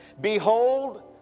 Behold